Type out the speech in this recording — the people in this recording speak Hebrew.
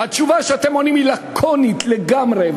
והתשובה שאתם עונים היא לקונית לגמרי.